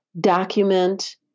document